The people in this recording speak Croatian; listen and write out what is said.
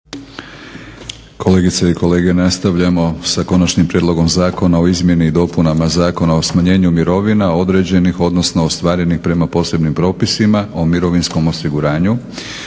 Kolegice i kolege nastavljamo sa - Konačni prijedlog zakona o izmjeni i dopunama Zakona o smanjenju mirovina određenih, odnosno ostvarenih prema posebnim propisima o mirovinskom osiguranju,